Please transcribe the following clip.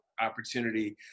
opportunity